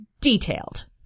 detailed